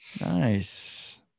Nice